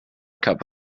cup